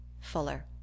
Fuller